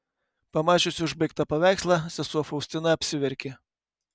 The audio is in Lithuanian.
pamačiusi užbaigtą paveikslą sesuo faustina apsiverkė